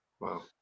Wow